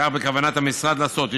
כך בכוונת המשרד לעשות,